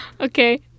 Okay